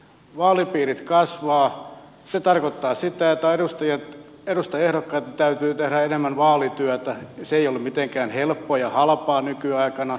vaalipiirit kasvavat se tarkoittaa sitä että edustajaehdokkaitten täytyy tehdä enemmän vaalityötä ja se ei ole mitenkään helppoa ja halpaa nykyaikana